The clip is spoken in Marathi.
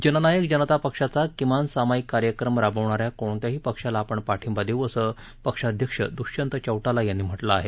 जननायक जनता पक्षाचा किमान सामाईक कार्यक्रम राबवणा या कोणत्याही पक्षाला आपण पाठिंबा देऊ असं पक्षाध्यक्ष दुष्यंत चौटाला यांनी म्हटलं आहे